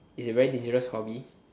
it's a very dangerous hobby